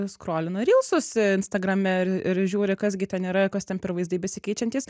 skrolina rylsus instagrame ir ir žiūri kas gi ten yra kas ten per vaizdai besikeičiantys